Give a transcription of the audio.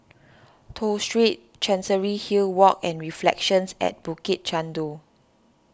Toh Street Chancery Hill Walk and Reflections at Bukit Chandu